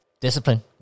Discipline